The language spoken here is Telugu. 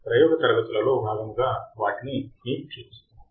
ప్రయోగ తరగతులలో భాగముగా వాటిని మీకు చూపిస్తాను